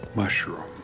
mushroom